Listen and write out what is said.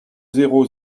zéro